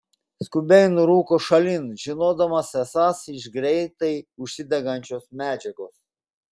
skubiai nurūko šalin žinodamas esąs iš greitai užsidegančios medžiagos